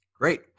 Great